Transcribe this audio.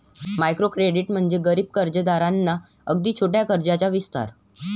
micro credit म्हणजे गरीब कर्जदारांना अगदी छोट्या कर्जाचा विस्तार